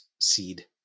seed